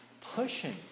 pushing